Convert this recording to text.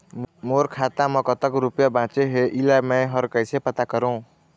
मोर खाता म कतक रुपया बांचे हे, इला मैं हर कैसे पता करों?